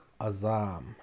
Azam